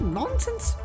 nonsense